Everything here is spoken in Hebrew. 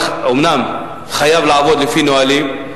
אנחנו,